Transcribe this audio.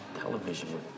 television